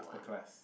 upper class